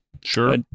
Sure